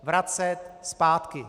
Vracet zpátky.